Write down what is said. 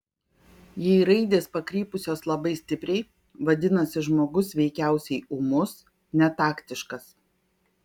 jei raidės pakrypusios labai stipriai vadinasi žmogus veikiausiai ūmus netaktiškas